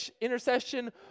intercession